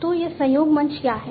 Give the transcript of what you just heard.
तो एक सहयोग मंच क्या है